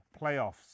playoffs